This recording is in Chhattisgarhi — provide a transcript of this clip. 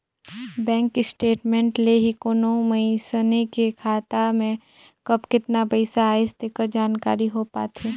बेंक स्टेटमेंट ले ही कोनो मइसने के खाता में कब केतना पइसा आइस तेकर जानकारी हो पाथे